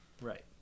Right